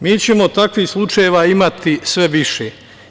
Mi ćemo takvih slučajeva imati sve više.